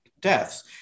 deaths